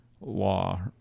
law